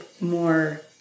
more